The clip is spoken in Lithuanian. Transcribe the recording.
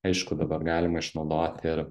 aišku dabar galima išnaudoti ir